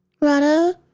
Rada